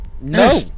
No